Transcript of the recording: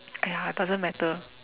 !aiya! doesn't matter